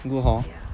good hor